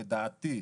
לדעתי,